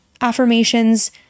affirmations